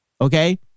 Okay